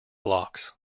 blocks